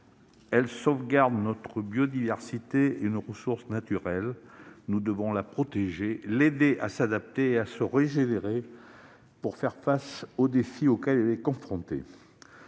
la sauvegarde de notre biodiversité et de nos ressources naturelles. Nous devons la protéger, l'aider à s'adapter et à se régénérer pour faire face aux défis auxquels elle est confrontée.